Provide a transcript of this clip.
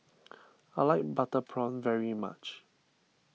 I like Butter Prawn very much